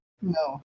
No